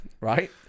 right